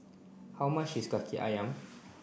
how much is Kaki Ayam